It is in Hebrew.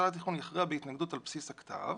התכנון יכריע בהתנגדות על בסיס הכתב,